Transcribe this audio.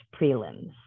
prelims